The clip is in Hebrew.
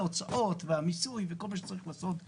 ההוצאות והמיסוי וכל מה שצריך לעשות הבעלים.